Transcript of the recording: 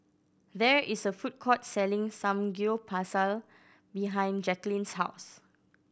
there is a food court selling Samgyeopsal behind Jackeline's house